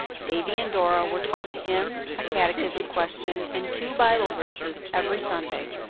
davy and dora were taught a hymn, a catechism question, and two bible verses every sunday.